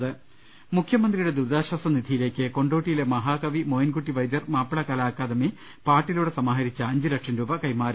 ്്്്്്്് മുഖ്യമന്ത്രിയുടെ ദുരിതാശ്വാസനിധിയിലേക്ക് കൊണ്ടോട്ടിയിലെ മഹാകവി മോയിൻകുട്ടി വൈദ്യർ മാപ്പിളകലാ അക്കാദമി പാട്ടിലൂടെ സമാ ഹരിച്ച അഞ്ചുലക്ഷം രൂപ കൈമാറി